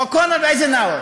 או קונרד אייזנהאואר,